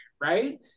right